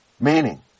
Meaning